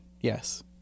Yes